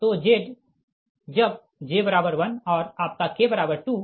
तो Z जब j1 और आपका k2 ठीक